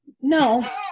No